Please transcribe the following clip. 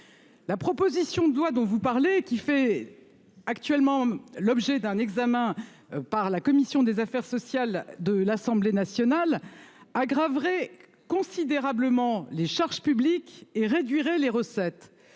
La proposition de loi dont vous parlez qui fait actuellement l'objet d'un examen par la commission des affaires sociales de l'Assemblée nationale aggraverait considérablement les charges publiques et réduirait les recettes